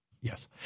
Yes